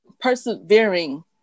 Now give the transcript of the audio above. persevering